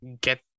get